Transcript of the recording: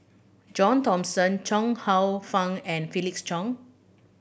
John Thomson Chuang Hsueh Fang and Felix Cheong